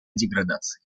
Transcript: деградации